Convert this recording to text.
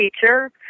teacher